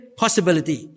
possibility